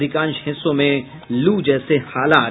अधिकांश हिस्सों में लू जैसे हालात